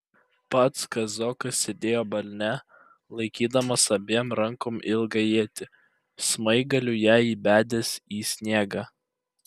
pats kazokas sėdėjo balne laikydamas abiem rankom ilgą ietį smaigaliu ją įbedęs į sniegą